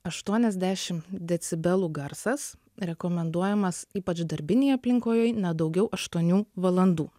aštuoniasdešim decibelų garsas rekomenduojamas ypač darbinėj aplinkoj ne daugiau aštuonių valandų